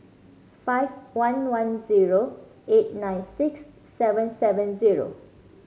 five one one zero eight nine six seven seven zero